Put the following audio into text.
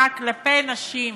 במשפחה כלפי נשים.